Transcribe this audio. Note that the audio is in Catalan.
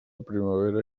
primavera